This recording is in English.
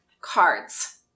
cards